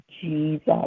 Jesus